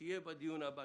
שיהיה בדיון הבא.